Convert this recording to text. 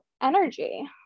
energy